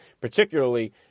particularly